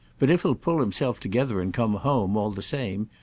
but if he'll pull himself together and come home, all the same,